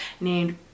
named